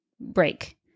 break